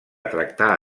tractar